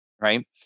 right